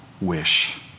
wish